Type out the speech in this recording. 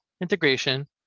integration